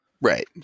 Right